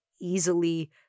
easily